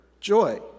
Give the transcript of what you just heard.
joy